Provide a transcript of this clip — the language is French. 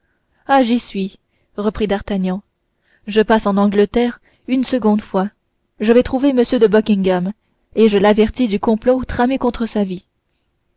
ah j'y suis reprit d'artagnan je passe en angleterre une seconde fois je vais trouver m de buckingham et je l'avertis du complot tramé contre sa vie